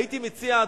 הייתי מציע,